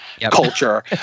Culture